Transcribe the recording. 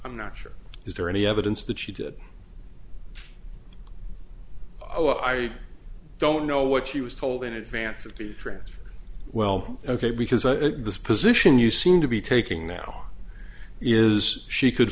i'm not sure is there any evidence that she did oh i don't know what she was told in advance of the transfer well ok because this position you seem to be taking now is she could